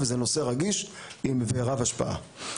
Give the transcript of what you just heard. וזה נושא רגיש ורב השפעה.